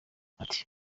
ati